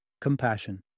compassion